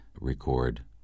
record